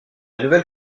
nouvelle